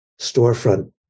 storefront